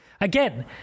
again